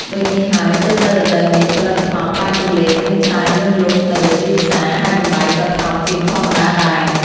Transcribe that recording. ដូចនេះហើយ ទើបនៅរដូវនេះផលិតផលផ្លែគូលែនមានច្រើនលើសលប់នៅលើទីផ្សារ ហើយតម្លៃក៏ថោកជាងធម្មតាដែរ។